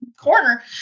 corner